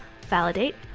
Validate